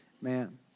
man